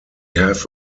have